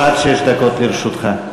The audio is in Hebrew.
עד שש דקות לרשותך.